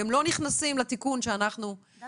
והם לא נכנסו לתיקון שאנחנו --- הם